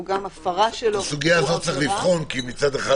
את הסוגיה הזו יש לבחון כי מצד אחד,